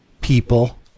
People